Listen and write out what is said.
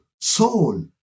Soul